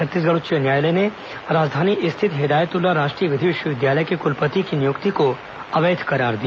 छत्तीसगढ़ उच्च न्यायालय ने राजधानी स्थित हिदायतुल्ला राष्ट्रीय विधि विश्वविद्यालय के कुलपति की नियुक्ति को अवैध करार दिया